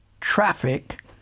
traffic